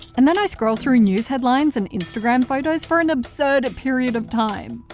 and then i scroll through news headlines and instagram photos for an absurd a period of time.